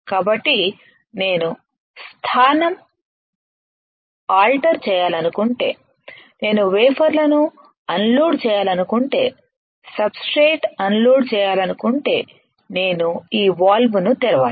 కాబట్టి నేను స్థానం ఆల్టర్ చేయాలనుకుంటే నేను వేఫర్ లను అన్లోడ్ చేయాలనుకుంటేసబ్స్ట్రేట్ అన్లోడ్ చేయాలనుకుంటే నేను ఈ వాల్వ్ను తెరవాలి